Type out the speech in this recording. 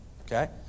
Okay